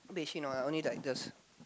only like this